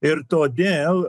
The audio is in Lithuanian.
ir todėl